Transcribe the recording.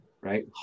right